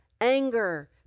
anger